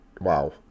wow